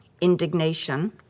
indignation